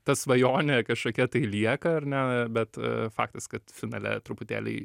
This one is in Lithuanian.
ta svajonė kažkokia tai lieka ar ne bet faktas kad finale truputėlį